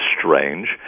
strange